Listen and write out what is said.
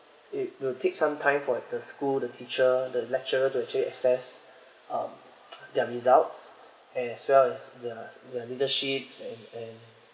it will take some time for the school the teacher the lecturer to actually assess uh their results as well as the the leadership and and